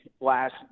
last